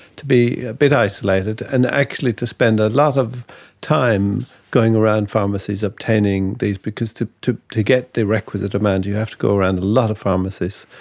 to be a bit isolated, and actually to spend a lot of time going around pharmacies obtaining these because to to get the requisite amount you have to go around a lot of pharmacists.